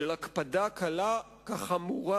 של הקפדה קלה כחמורה